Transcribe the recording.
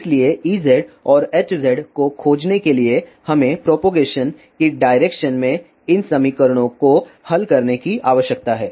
इसलिए Ez और Hz को खोजने के लिए हमें प्रोपगेशन की डायरेक्शन में इन समीकरणों को हल करने की आवश्यकता है